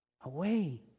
away